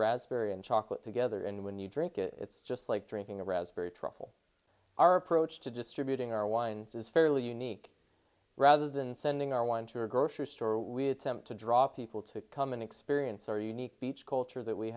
raspberry and chocolate together and when you drink it it's just like drinking a raspberry truffle our approach to distributing our wines is fairly unique rather than sending our one to a grocery store we attempt to draw people to come and experience our unique beach culture that we